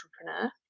entrepreneur